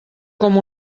com